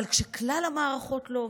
אבל כלל המערכות לא עובדות?